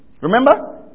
Remember